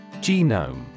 Genome